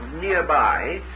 nearby